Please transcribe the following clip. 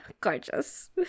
Gorgeous